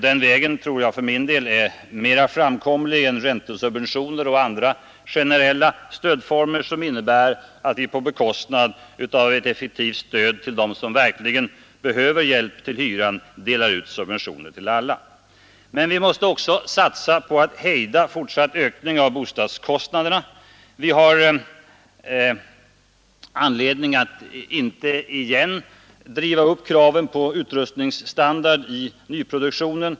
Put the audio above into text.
Den vägen tror jag är mer framkomlig än räntesubventioner och andra generella stödformer som innebär att vi på bekostnad av ett effektivt stöd till dem som verkligen behöver hjälp till hyran delar ut subventioner till alla. Men vi måste också satsa på att hejda en fortsatt ökning av bostadskostnaderna. Vi har anledning att inte igen driva upp kraven på utrustningsstandard i nyproduktionen.